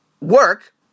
work